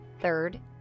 Third